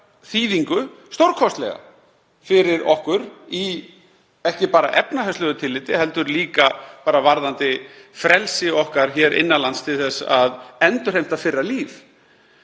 þýðingu, stórkostlega, fyrir okkur, ekki bara í efnahagslegu tilliti heldur líka varðandi frelsi okkar hér innan lands til að endurheimta fyrra líf.